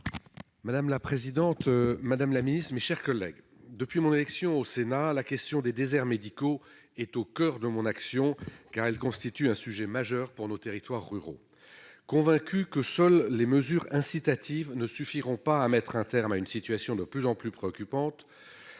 Madame la présidente, Madame la Ministre, mes chers collègues, depuis mon élection au Sénat, la question des déserts médicaux est au coeur de mon action car elle constitue un sujet majeur pour nos territoires ruraux convaincu que seuls les mesures incitatives ne suffiront pas à mettre un terme à une situation de plus en plus préoccupante